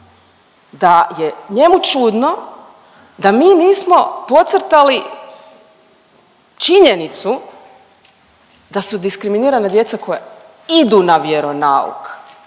da je njemu čudno da mi nismo podcrtali činjenicu da su diskriminirana djeca koja idu na vjeronauk.